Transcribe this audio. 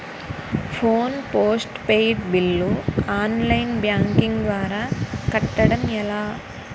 Phone postpaid bill online banking ద్వారా కట్టడం ఎలా?